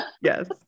yes